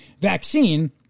vaccine